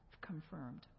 confirmed